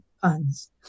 puns